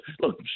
look